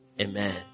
Amen